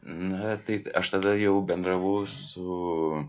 na taip aš tada jau bendravau su